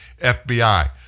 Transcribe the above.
FBI